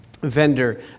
Vendor